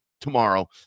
tomorrow